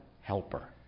helper